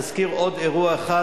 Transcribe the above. נזכיר עוד אירוע אחד,